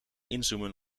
inzoomen